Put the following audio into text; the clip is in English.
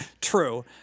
True